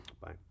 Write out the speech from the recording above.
bye